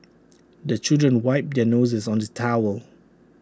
the children wipe their noses on the towel